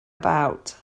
about